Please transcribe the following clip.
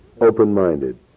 open-minded